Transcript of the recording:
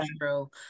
true